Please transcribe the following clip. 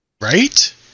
Right